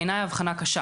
בעיניי היא הבחנה קשה.